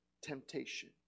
temptation